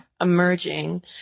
emerging